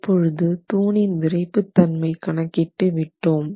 இப்பொழுது தூணின் விறைப்புத்தன்மை கணக்கிட்டு விட்டோம்